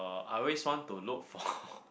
I always want to look for